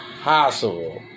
possible